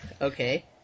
Okay